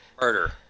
Murder